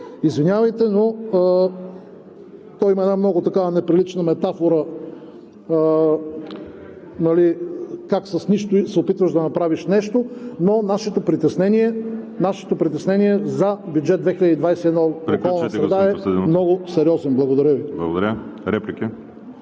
Извинявайте, но има една много неприлична метафора как с нищо се опитваш да направиш нещо, но нашето притеснение за бюджет 2021 за околната среда е много сериозно. Благодаря Ви.